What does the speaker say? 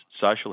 social